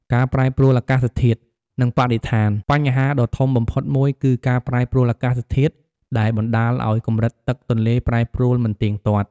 ការប្រែប្រួលអាកាសធាតុ និងបរិស្ថាន បញ្ហាដ៏ធំបំផុតមួយគឺការប្រែប្រួលអាកាសធាតុដែលបណ្ដាលឱ្យ កម្រិតទឹកទន្លេប្រែប្រួលមិនទៀងទាត់។